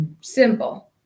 Simple